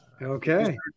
Okay